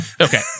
Okay